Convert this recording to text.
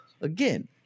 again